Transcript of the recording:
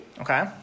Okay